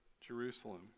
Jerusalem